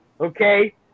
Okay